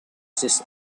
six